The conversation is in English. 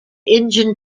engine